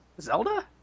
Zelda